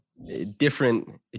Different